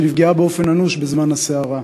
שנפגעה באופן אנוש בזמן הסערה,